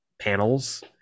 panels